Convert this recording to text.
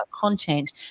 content